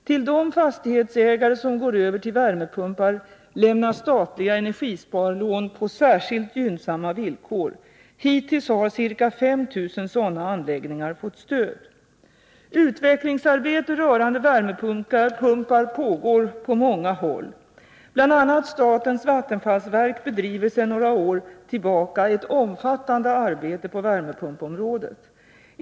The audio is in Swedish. Till de fastighetsägare som går över till värmepumpar lämnas statliga energisparlån på särskilt gynnsamma villkor. Hittills har ca 5 000 sådana anläggningar fått stöd. Utvecklingsarbete rörande värmepumpar pågår på många håll. Bl. a. statens vattenfallsverk bedriver sedan några år tillbaka ett omfattande arbete på värmepumpsområdet.